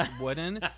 wooden